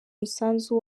umusanzu